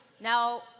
Now